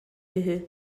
үһү